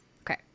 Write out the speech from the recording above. Okay